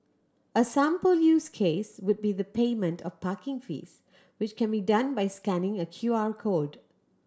a sample use case would be the payment of parking fees which can be done by scanning a Q R code